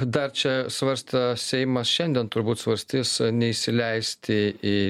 dar čia svarsto seimas šiandien turbūt svarstys neįsileisti į